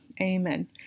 amen